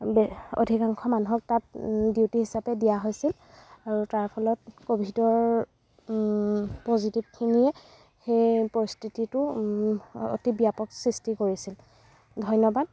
বে অধিকাংশ মানুহক তাত ডিউটি হিচাপে দিয়া হৈছিল আৰু তাৰ ফলত ক'ভিডৰ পজিটিভখিনিয়ে সেই পৰিস্থিতিটো অতি ব্য়াপক সৃষ্টি কৰিছিল ধন্য়বাদ